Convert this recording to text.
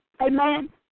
Amen